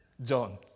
John